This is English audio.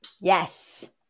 Yes